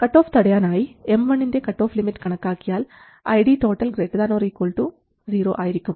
cutoff തടയാനായി M 1 ൻറെ cutoff limit കണക്കാക്കിയാൽ ID ≥ 0 ആയിരിക്കും